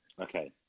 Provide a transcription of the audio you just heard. okay